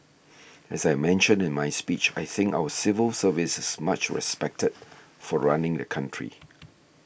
as I mentioned in my speech I think our civil service is much respected for running the country